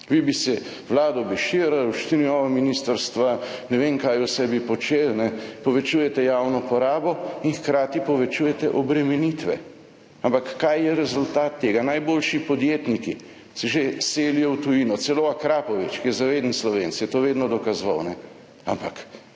Vi bi.., se vlado bi širili, štiri nova ministrstva, ne vem kaj vse bi počeli, povečujete javno porabo in hkrati povečujete obremenitve. Ampak kaj je rezultat tega? Najboljši podjetniki se že selijo v tujino, celo Akrapovič, ki je zaveden Slovenec, je to vedno dokazoval, ampak